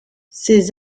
ses